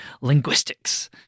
linguistics